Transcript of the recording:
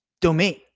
domain